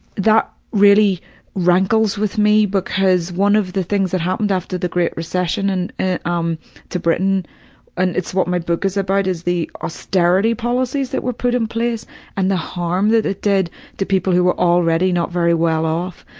that really rankles with me because one of the things that happened after the great recession and and um to britain and it's what my book is about it's the austerity policies that were put in place and the harm that it did to people who were already not very well off.